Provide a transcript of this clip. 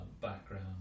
background